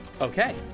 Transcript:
Okay